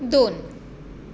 दोन